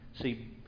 See